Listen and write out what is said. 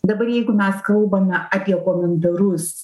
dabar jeigu mes kalbame apie komentarus